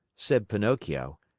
said pinocchio.